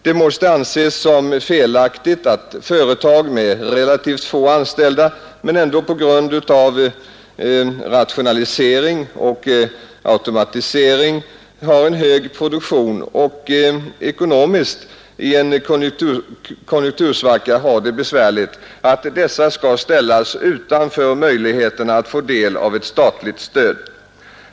Det måste anses som felaktigt att företag med relativt få anställda men som ändå på grund av rationaliseringar och automatisering har en hög produktion och ekonomiskt i en konjunktursvacka har det besvärligt skall ställas utanför möjligheterna att få del av ett statligt stöd.